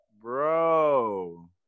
Bro